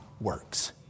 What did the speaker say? works